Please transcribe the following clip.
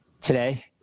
today